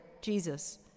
Jesus